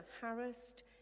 harassed